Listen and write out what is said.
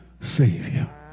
Savior